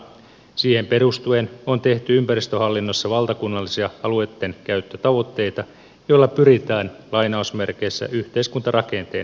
siihen perustuen on tehty ympäristöhallinnossa valtakunnallisia alueitten käyttötavoitteita joilla pyritään lainausmerkeissä yhteiskuntarakenteen eheyttämiseen